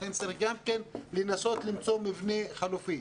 לכן צריך לנסות למצוא מבנה חלופי.